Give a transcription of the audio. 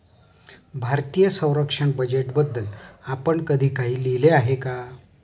भारतीय संरक्षण बजेटबद्दल आपण कधी काही लिहिले आहे का?